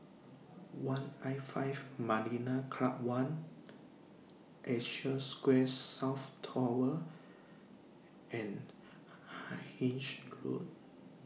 one'L five Marina Club one Asia Square South Tower and Hythe Road